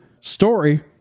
story